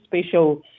special